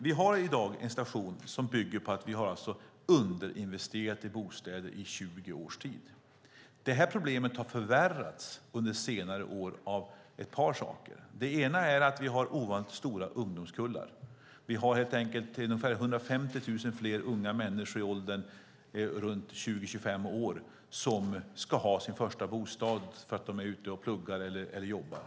Det finns i dag en situation som bygger på att vi har underinvesterat i bostäder i 20 års tid. Problemet har förvärrats under senare år av ett par anledningar. En är att det finns ovanligt stora ungdomskullar. Det finns ungefär 150 000 fler unga människor i åldern 20-25 år som ska ha sin första bostad - de pluggar eller jobbar.